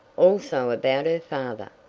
also about her father.